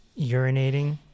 urinating